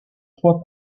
trois